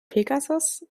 pegasus